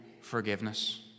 forgiveness